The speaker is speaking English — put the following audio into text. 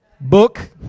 Book